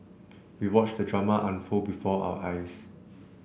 we watched the drama unfold before our eyes